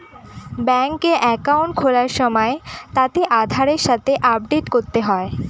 ব্যাঙ্কে একাউন্ট খোলার সময় তাকে আধারের সাথে আপডেট করতে হয়